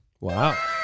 Wow